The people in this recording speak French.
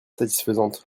satisfaisante